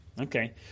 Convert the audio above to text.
Okay